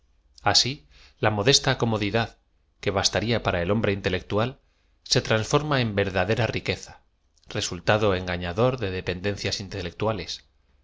si la modesta co modidad que bastaría para e l hombre intelectual se transforma en verdadera riqueza resultado engafia dor dedependeoclas intelectuales